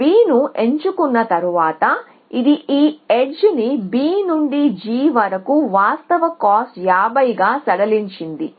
B ను ఎంచుకున్న తరువాత ఇది ఈ ఎడ్జ్ ని B నుండి g వరకు వాస్తవ కాస్ట్ 50 గా సడలించింది